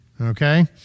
okay